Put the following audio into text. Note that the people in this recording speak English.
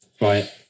Right